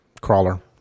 crawler